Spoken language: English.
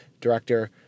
director